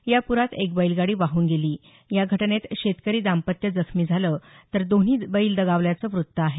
या प्रात एक बैलगाडी वाहून गेली या घटनेत शेतकरी दाम्पत्य जखमी झाले तर दोन्ही बैल दगावल्याचं वृत्त आहे